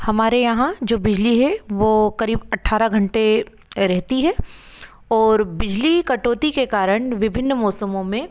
हमारे यहाँ जो बिजली है वो करीब अठारह घंटे रहती है और बिजली कटौती के कारण विभिन्न मौसमों में